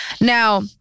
Now